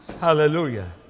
Hallelujah